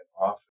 often